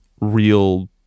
real